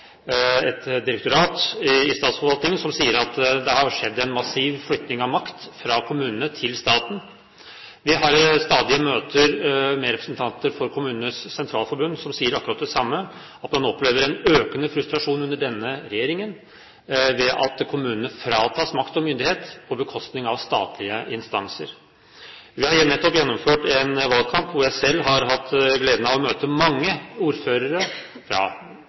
massiv flytting av makt fra kommunene til staten. Vi har stadig møter med representanter for KS, som sier akkurat det samme – at man opplever en økende frustrasjon under denne regjeringen ved at kommunene fratas makt og myndighet på bekostning av statlige instanser. Vi har nettopp gjennomført en valgkamp, hvor jeg selv har hatt gleden av å møte mange ordførere fra